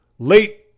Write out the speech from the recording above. late